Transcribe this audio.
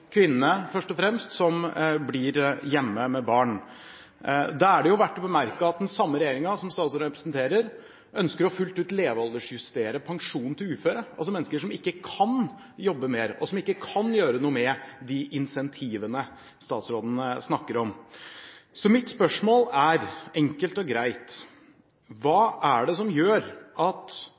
kvinnene, først og fremst, som blir hjemme med barn. Da er det verdt å bemerke at den samme regjeringen som statsråden representerer, ønsker fullt ut å levealdersjustere pensjonen til uføre, altså mennesker som ikke kan jobbe mer, og som ikke kan gjøre noe med de incentivene statsråden snakker om. Så mitt spørsmål er, enkelt og greit: Hva er det som gjør at